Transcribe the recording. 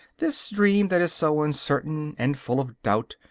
this dream that is so uncertain and full of doubt,